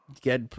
get